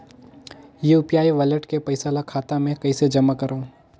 UPI wallet के पईसा ल खाता मे कइसे जमा करव?